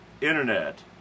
internet